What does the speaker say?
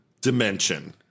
dimension